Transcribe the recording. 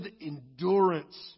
endurance